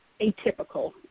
atypical